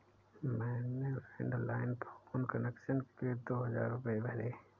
मैंने landline phone connection के लिए दो हजार रुपए भरे